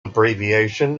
abbreviation